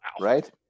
Right